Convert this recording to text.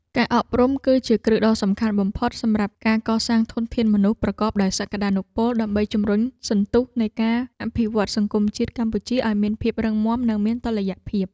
ការអប់រំគឺជាគ្រឹះដ៏សំខាន់បំផុតសម្រាប់ការកសាងធនធានមនុស្សប្រកបដោយសក្ដានុពល ដើម្បីជំរុញសន្ទុះនៃការអភិវឌ្ឍសង្គមជាតិកម្ពុជាឱ្យមានភាពរឹងមាំនិងមានតុល្យភាព។